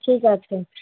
ঠিক আছে